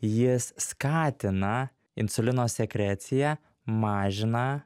jis skatina insulino sekreciją mažina